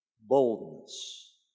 boldness